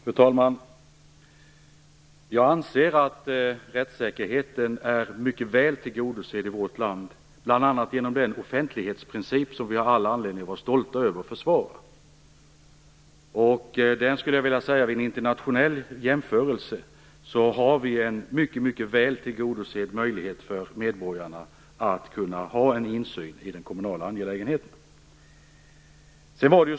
Fru talman! Jag anser att rättssäkerheten är mycket väl tillgodosedd i vårt land bl.a. genom den offentlighetsprincip som vi har all anledning att vara stolta över att försvara. Vid en internationell jämförelse har vi en mycket väl tillgodosedd möjlighet för medborgarna att ha en insyn i den kommunala angelägenheten.